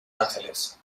ángeles